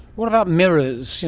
what about mirrors,